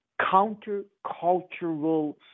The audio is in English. countercultural